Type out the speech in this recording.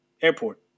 Airport